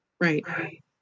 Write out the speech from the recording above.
right